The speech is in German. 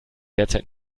derzeit